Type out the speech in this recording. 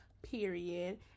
Period